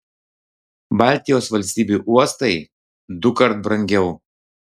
baltijos valstybių uostai dukart brangiau